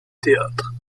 théâtre